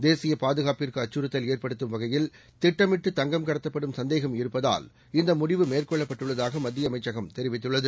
தேசியபாதுகாப்புக்குஅச்சுறுத்தல் ஏற்படுத்தும் வகையில் திட்டமிட்டு தங்கம் கடத்தப்படும் சந்தேகம் இருப்பதால் இந்தமுடிவு மேற்கொள்ளப்பட்டுளளதாகமத்தியஅமைச்சகம் கூறியுள்ளது